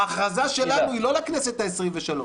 ההכרזה שלנו היא לא לכנסת העשרים-ושלוש,